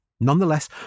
Nonetheless